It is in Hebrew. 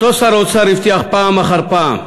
אותו שר אוצר הבטיח פעם אחר פעם: